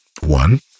One